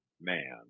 man